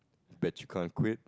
bet you can't quit